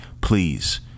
Please